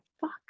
fuck